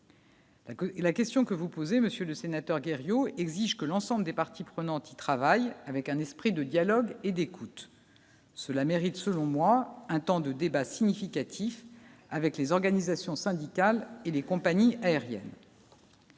la question que vous posez, monsieur le sénateur Kerriou exige que l'ensemble des parties prenantes, y travaille avec un esprit de dialogue et d'écoute, cela mérite selon moi un temps de débat significatif avec les organisations syndicales et les compagnies aériennes.